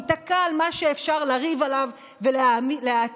ניתקע על מה שאפשר לריב עליו ולהעצים